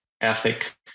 ethic